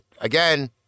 again